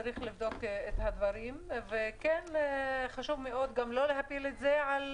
צריך לבדוק את הדברים וחשוב מאוד גם לא להפיל את זה על